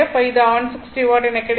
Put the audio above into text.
இது 160 வாட் எனக் கிடைக்கிறது